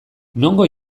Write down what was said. nongo